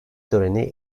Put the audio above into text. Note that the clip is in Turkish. töreni